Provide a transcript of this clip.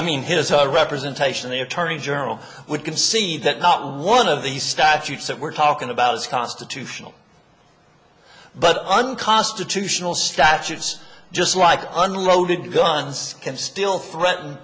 i mean his a representation the attorney general would can see that not one of these statutes that we're talking about is constitutional but unconstitutional statutes just like unloaded guns can still threaten